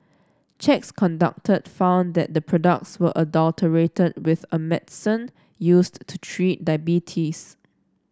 checks conducted found that the products were adulterated with a medicine used to treat diabetes